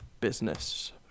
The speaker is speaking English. Business